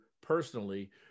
personally